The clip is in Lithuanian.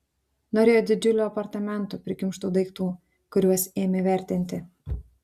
norėjo didžiulių apartamentų prikimštų daiktų kuriuos ėmė vertinti